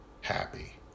happy